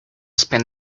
spend